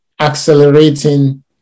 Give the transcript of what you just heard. accelerating